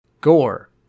Gore